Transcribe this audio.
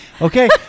Okay